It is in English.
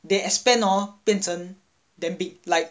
they expand hor 变成 damn big like